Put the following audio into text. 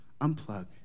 unplug